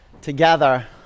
together